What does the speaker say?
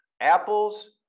apples